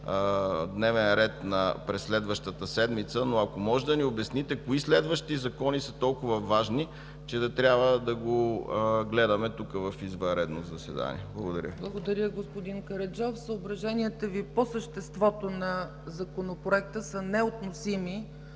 дневен ред през следващата седмица, но ако може да ни обясните кои следващи закони са толкова важни, че да трябва да го гледаме тук в извънредно заседание? Благодаря. ПРЕДСЕДАТЕЛ ЦЕЦКА ЦАЧЕВА: Благодаря, господин Караджов. Съображенията Ви по съществото на Законопроекта са неотносими